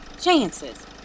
Chances